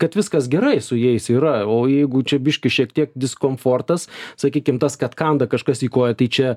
kad viskas gerai su jais yra o jeigu čia biškį šiek tiek diskomfortas sakykime tas kad kanda kažkas į koją tai čia